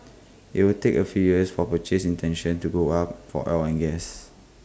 IT will take A few years for purchase intentions to go up for oil and gas